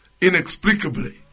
inexplicably